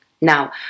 Now